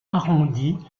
arrondie